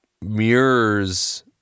mirrors